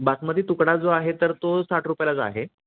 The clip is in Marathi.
बासमती तुकडा जो आहे तर तो साठ रुपयालाच आहे